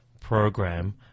program